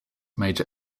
major